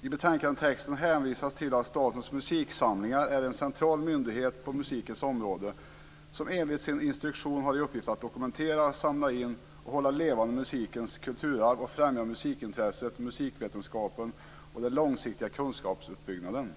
I betänkandetexten hänvisas till att Statens musiksamlingar är en central myndighet på musikens område som enligt sin instruktion har i uppgift att dokumentera, samla in och hålla levande musikens kulturarv samt främja musikintresset, musikvetenskapen och den långsiktiga kunskapsuppbyggnaden.